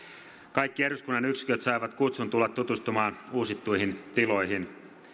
kaikki eduskunnan yksiköt saivat kutsun tulla tutustumaan uusittuihin tiloihin